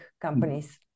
companies